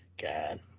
God